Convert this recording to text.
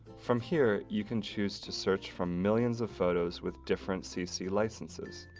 from here, you can choose to search from millions of photos with different cc licenses.